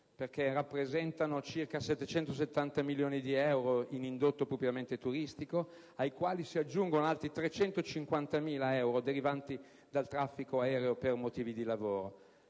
queste rappresentano circa 770 milioni di euro in indotto propriamente turistico, ai quali si aggiungono altri 350.000 euro derivati dal traffico aereo per motivi di lavoro.